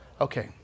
Okay